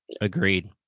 Agreed